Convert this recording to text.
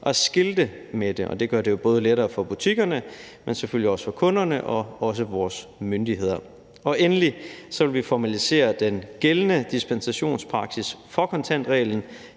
at skilte med det, og det gør det jo både lettere for butikkerne og selvfølgelig også for kunderne og også vores myndigheder. Endelig vil vi formalisere den gældende dispensationspraksis for kontantreglen